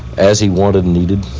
as he wanted and needed?